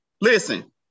Listen